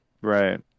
right